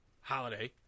holiday